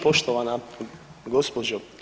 Poštovana gđo.